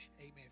Amen